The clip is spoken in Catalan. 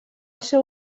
seu